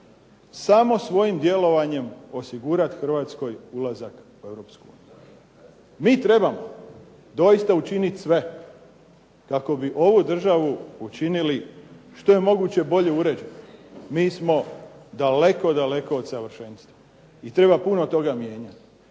samo svojim djelovanjem osigurati Hrvatskoj ulazak u Europsku uniju. Mi trebamo doista učiniti sve kako bi ovu državu učinili što je moguće bolje uređenu. Mi smo daleko, daleko od savršenstva i treba puno toga mijenjati.